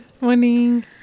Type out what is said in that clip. Morning